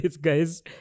guys